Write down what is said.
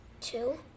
Two